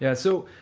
yeah so,